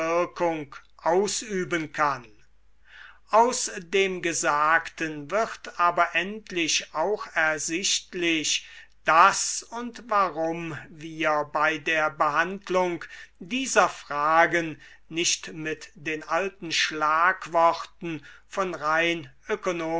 ausüben kann aus dem gesagten wird aber endlich auch ersichtlich daß und warum wir bei der behandlung dieser fragen nicht mit den alten schlagworten von rein